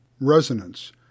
resonance